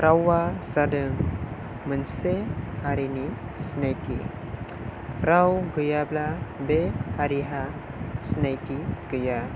रावा जादों मोनसे हारिनि सिनायथि राव गैयाब्ला बे हारिहा सिनायथि गैया